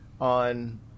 on